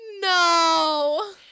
No